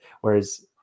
whereas